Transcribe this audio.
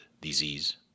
disease